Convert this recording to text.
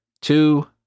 two